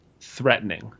threatening